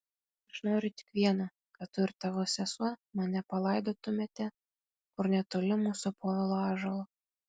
aš noriu tik vieno kad tu ir tavo sesuo mane palaidotumėte kur netoli mūsų povilo ąžuolo